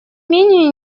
менее